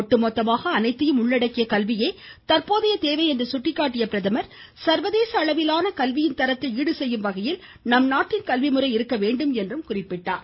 ஒட்டுமொத்தமாக அனைத்தையும் உள்ளடக்கிய கல்வியே தற்போதைய தேவை என்று சுட்டிக்காட்டிய பிரதமர் சர்வதேச அளவிலான கல்வியின் தரத்தை ஈடு செய்யும் வகையில் நம்நாட்டின் கல்விமுறை இருக்க வேண்டும் என்று குறிப்பிட்டார்